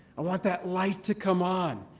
i want that light to come on.